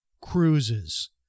cruises